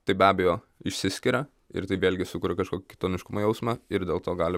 tai be abejo išsiskiria ir tai vėlgi sukuria kažkokį kitoniškumo jausmą ir dėl to gali